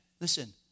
Listen